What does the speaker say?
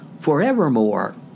forevermore